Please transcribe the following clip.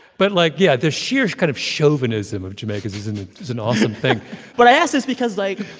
but like, yeah, the sheer kind of chauvinism of jamaicans is an is an awesome thing but i ask is because, like,